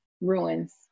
ruins